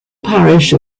parish